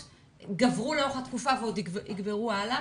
- וגברו לאורך התקופה ועוד יגברו בהמשך.